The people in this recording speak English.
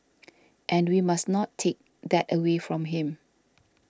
and we must not take that away from him